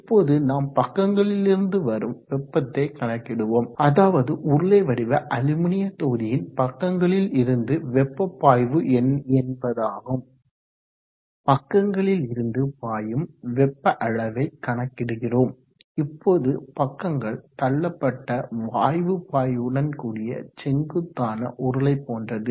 இப்போது நாம் பக்கங்களில் இருந்து வரும் வெப்பத்தை கணக்கிடுவோம் அதாவது உருளை வடிவ அலுமினிய தொகுதியின் பக்கங்களில் இருந்து வெப்ப பாய்வு என்ன என்பதாகும் பக்கங்களில் இருந்து பாயும் வெப்ப அளவைகணக்கிடுகிறோம் இப்போது பக்கங்கள் தள்ளப்பட்ட வாயு பாய்வுடன் கூடிய செங்குத்தான உருளை போன்றது